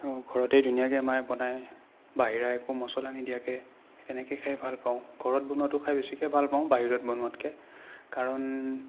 ঘৰতেই ধুনীয়াকৈ মায়ে বনাই বাহিৰা একো মচলা নিদিয়াকৈ সেই তেনেকেই খাই ভালপাওঁ ঘৰত বনোৱাতো খাই বেছিকৈ ভালপাওঁ বাহিৰত বনোৱাতকৈ কাৰণ